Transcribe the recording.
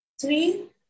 three